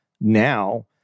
now